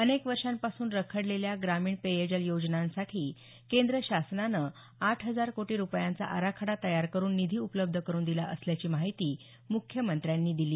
अनेक वर्षांपासून रखडलेल्या ग्रामीण पेयजल योजनांसाठी केंद्र शासनानं आठ हजार कोटी रुपयांचा आराखडा तयार करून निधी उपलब्ध करून दिला असल्याची माहिती मुख्यमंत्र्यांनी दिली